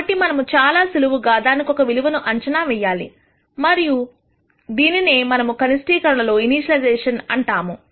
కాబట్టి మనము చాలా సులువుగా దానికొక విలువను అంచనా వేయాలి మరియు ఇది దీనినే మనం కనిష్టీకరణ లో ఇనీషియలైజెషన్ అంటాము